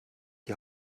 die